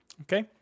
okay